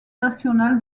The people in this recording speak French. national